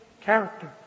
character